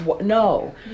no